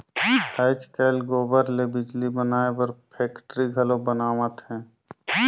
आयज कायल गोबर ले बिजली बनाए बर फेकटरी घलो बनावत हें